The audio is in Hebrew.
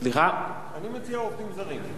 מציע עובדים זרים.